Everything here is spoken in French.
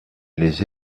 les